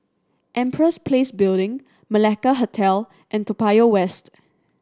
Empress Place Building Malacca Hotel and Toa Payoh West